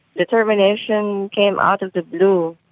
the termination came out of the blue.